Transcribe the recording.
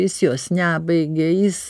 jis jos nebaigė jis